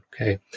Okay